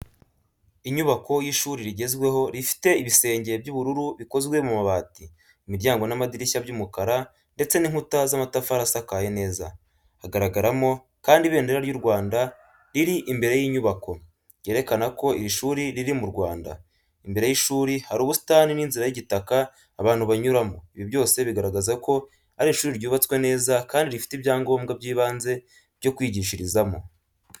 Inyubako y’ishuri rigezweho rifite ibisenge by’ubururu bikozwe mu mabati, imiryango n’amadirishya by’umukara, ndetse n’inkuta z’amatafari asakaye neza. Hagaragaramo kandi ibendera ry’u Rwanda riri imbere y’inyubako, ryerekana ko iri shuri riri mu Rwanda. Imbere y’ishuri hari ubusitani n’inzira y’igitaka abantu banyuramo. Ibi byose bigaragaza ko ari ishuri ryubatswe neza kandi rifite ibyangombwa by’ibanze byo kwigishirizamo.